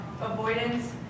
avoidance